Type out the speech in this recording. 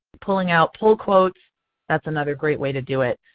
pulling out pull quotes that's another great way to do it.